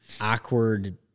awkward